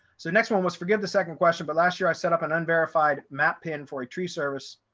so next one was forgive the second question, but last year, i set up an unverified map pin for a tree service,